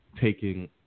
taking